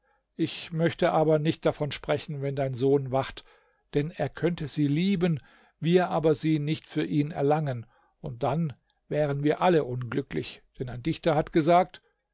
ich möchte aber nicht davon sprechen wenn dein sohn wacht denn er könnte sie lieben wir aber sie nicht für ihn erlangen und dann wären wir alle unglücklich denn ein dichter hat gesagt